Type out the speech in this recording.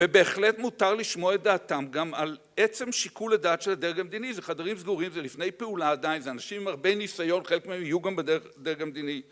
ובהחלט מותר לשמוע את דעתם, גם על עצם שיקול הדעת של הדרג המדיני, זה חדרים סגורים, זה לפני פעולה עדיין, זה אנשים עם הרבה ניסיון, חלק מהם יהיו גם בדרג המדיני.